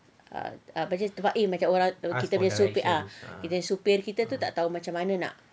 ah apa tu tempat eh orang kita punya supir ah kita punya supir tu tak tahu nak